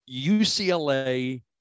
UCLA